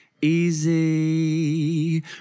Easy